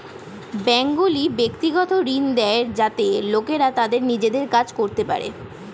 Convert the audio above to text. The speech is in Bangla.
ব্যাঙ্কগুলি ব্যক্তিগত ঋণ দেয় যাতে লোকেরা তাদের নিজের কাজ করতে পারে